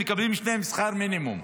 מקבלים שניהם שכר מינימום,